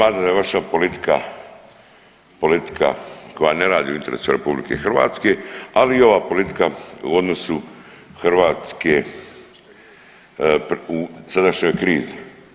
Smatram da je vaša politika politika koja ne radi u interesu RH, ali i ova politika u odnosu Hrvatske u sadašnjoj krizi.